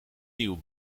nieuwe